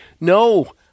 No